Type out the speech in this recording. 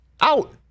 Out